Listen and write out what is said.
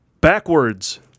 backwards